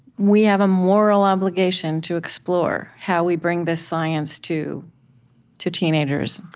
we have a moral obligation to explore how we bring this science to to teenagers.